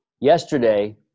yesterday